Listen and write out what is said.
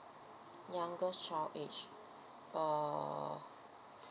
youngest child age err